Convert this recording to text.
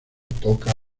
toca